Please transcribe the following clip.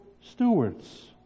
stewards